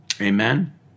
Amen